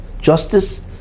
justice